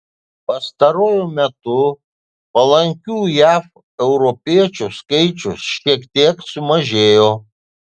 pastaruoju metu palankių jav europiečių skaičius šiek tiek sumažėjo